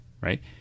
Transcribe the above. Right